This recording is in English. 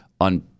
on